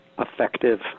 effective